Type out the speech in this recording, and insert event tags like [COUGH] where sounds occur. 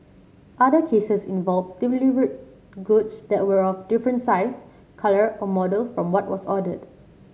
other cases involved [UNINTELLIGIBLE] goods that were of a different size colour or model from what was ordered